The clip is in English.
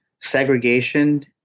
segregation